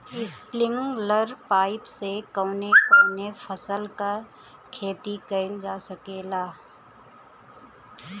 Sprinkler pipe से कवने कवने फसल क खेती कइल जा सकेला?